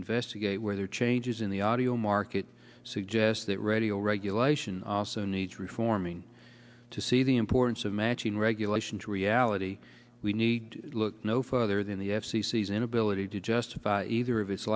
investigate whether changes in the audio market suggest that radio regulation also needs reforming to see the importance of matching regulation to reality we need look no further than the f c c is inability to justify either of